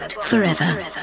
forever